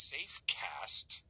SafeCast